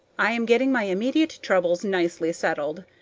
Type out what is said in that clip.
i am getting my immediate troubles nicely settled.